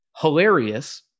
Hilarious